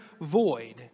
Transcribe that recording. void